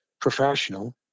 professional